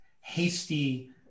hasty